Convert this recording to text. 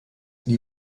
die